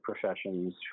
professions